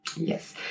Yes